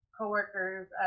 co-workers